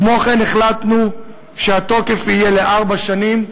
כמו כן החלטנו שהתוקף יהיה ארבע שנים,